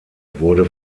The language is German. wurde